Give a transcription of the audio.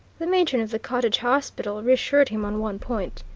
the matron of the cottage hospital reassured him on one point.